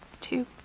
two